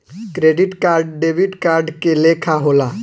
credit card debit card के लेखा होला